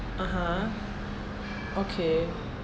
(uh huh) okay